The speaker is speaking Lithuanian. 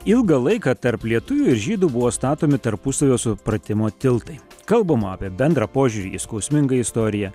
ilgą laiką tarp lietuvių ir žydų buvo statomi tarpusavio supratimo tiltai kalbama apie bendrą požiūrį į skausmingą istoriją